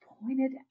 pointed